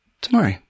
tomorrow